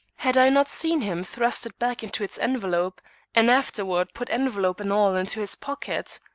had i not seen him thrust it back into its envelope and afterward put envelope and all into his pocket?